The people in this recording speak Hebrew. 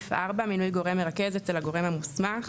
מינוי גורם מרכז אצל הגורם המוסמך